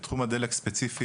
בתחום הדלק ספציפית,